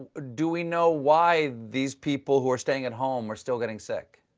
do we know why these people who are staying at home are still getting sick?